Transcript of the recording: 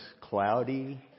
cloudy